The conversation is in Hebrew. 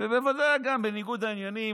ובוודאי גם בניגוד העניינים,